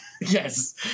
Yes